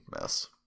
mess